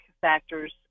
factors